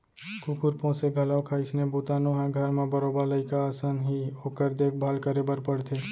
कुकुर पोसे घलौक ह अइसने बूता नोहय घर म बरोबर लइका असन ही ओकर देख भाल करे बर परथे